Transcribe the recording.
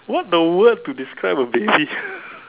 what a word to describe a baby